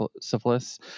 syphilis